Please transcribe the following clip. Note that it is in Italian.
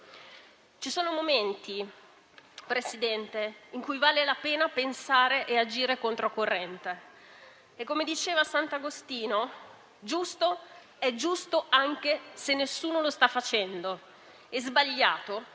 Ci sono momenti, signor Presidente, in cui vale la pena pensare e agire contro corrente. Come diceva sant'Agostino, giusto è giusto anche se nessuno lo sta facendo, e sbagliato